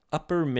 Upper